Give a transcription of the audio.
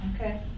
Okay